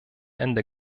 ende